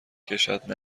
کشد